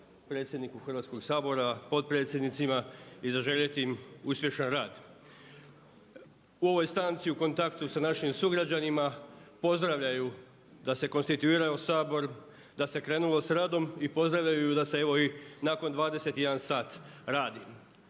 predsjedniku Hrvatskog sabora, potpredsjednicima i zaželjeti im uspješan rad. U ovoj stanci u kontaktu sa našim sugrađanima pozdravljaju da se konstituiraju u Sabor, da se krenulo s radom i pozdravljaju da se evo i nakon 21 sat radi.